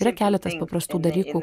yra keletas paprastų dalykų